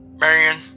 Marion